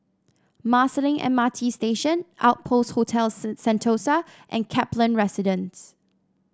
Marsiling M R T Station Outpost Hotel Sen Sentosa and Kaplan Residence